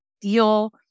deal